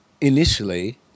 initially